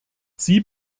sie